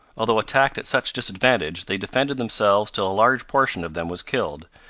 although attacked at such disadvantage, they defended themselves till a large portion of them was killed,